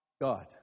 God